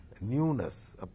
newness